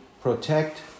protect